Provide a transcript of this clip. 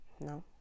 no